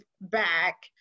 back